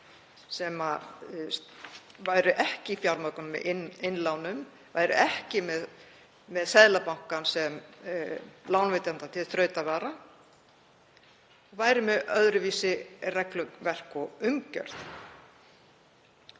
sem væru ekki fjármagnaðir með innlánum, væru ekki með Seðlabankann sem lánveitanda til þrautavara, væru með öðruvísi regluverk og umgjörð.